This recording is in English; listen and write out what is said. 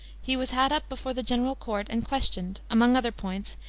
he was had up before the general court and questioned, among other points,